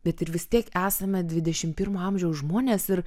bet ir vis tiek esame dvidešimt pirmo amžiaus žmonės ir